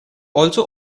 also